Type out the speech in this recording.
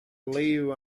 live